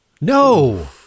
No